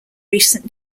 recent